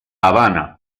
habana